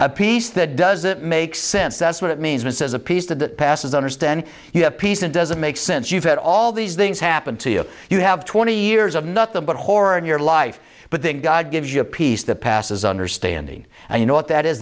peace that doesn't make sense that's what it means and says a peace that passes understand you have peace and doesn't make sense you've had all these things happen to you you have twenty years of nothing but horror in your life but that god gives you a peace that passes understanding and you know what